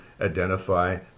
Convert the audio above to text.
identify